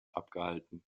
abgehalten